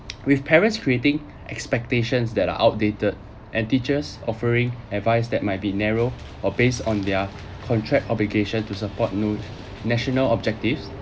with parents creating expectations that are outdated and teachers offering advice that might be narrow or based on their contract obligation to support national objectives